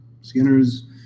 Skinner's